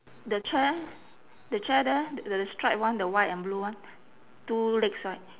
the chair the chair there the stripe one the white and blue one two legs right